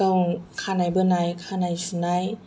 गाव खानाय बोनाय खानाय सुनाय